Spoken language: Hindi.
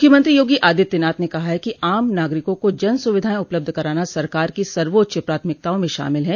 मुख्यमंत्री योगी आदित्यनाथ ने कहा है कि आम नागरिकों को जन सुविधाएं उपलब्ध कराना सरकार की सर्वोच्च प्राथमिकताओं में शामिल है